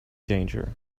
danger